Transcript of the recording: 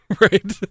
right